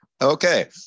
Okay